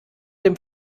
dem